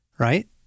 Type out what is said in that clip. right